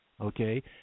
okay